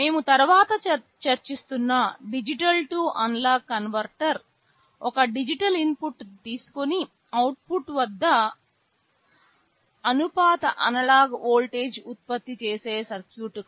మేము తరువాత చర్చిస్తున్న డిజిటల్ టు అనలాగ్ కన్వర్టర్ ఒక డిజిటల్ ఇన్పుట్ తీసుకొని అవుట్పుట్ వద్ద అనుపాత అనలాగ్ వోల్టేజ్ను ఉత్పత్తి చేసే సర్క్యూట్